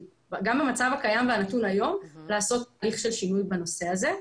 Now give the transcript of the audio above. במצב הקיים והנתון היום לעשות הליך של שינוי בנושא הזה,